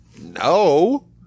No